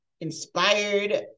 inspired